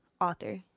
author